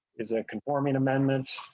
is there conforming amendments.